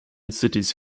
cities